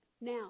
Now